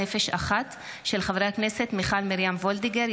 מהיר בהצעתם של חברי הכנסת מיכל מרים וולדיגר,